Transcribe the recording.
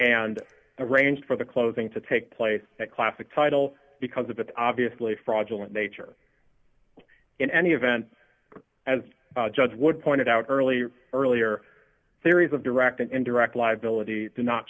and arranged for the closing to take place that classic title because of its obviously fraudulent nature in any event as judge would pointed out earlier earlier theories of direct and indirect liability do not